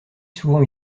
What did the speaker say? souvent